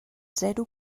zero